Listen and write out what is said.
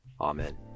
Amen